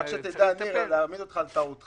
רק להעמיד אותך על טעותך,